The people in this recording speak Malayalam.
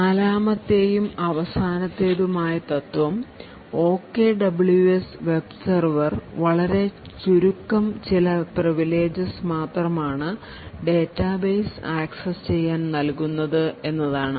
നാലാമത്തെയും അവസാനത്തേതുമായ തത്വം OKWS web server വളരെ ചുരുക്കം ചില പ്രെവിലേജസ് മാത്രമാണ് ഡേറ്റാബേസ് ആക്സസ് ചെയ്യാൻ നൽകുന്നത് എന്നതാണ്